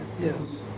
Yes